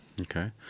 Okay